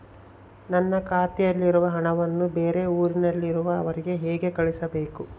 ನನ್ನ ಖಾತೆಯಲ್ಲಿರುವ ಹಣವನ್ನು ಬೇರೆ ಊರಿನಲ್ಲಿರುವ ಅವರಿಗೆ ಹೇಗೆ ಕಳಿಸಬೇಕು?